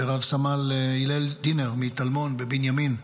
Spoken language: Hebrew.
ורב-סמל הלל דינר, מטלמון בבנימין.